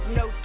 no